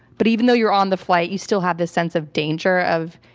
but even though you're on the flight, you still have this sense of danger, of,